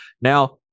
Now